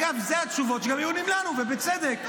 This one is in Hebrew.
אגב, אלה התשובות שגם עונים לנו, ובצדק.